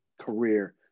career